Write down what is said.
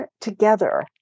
together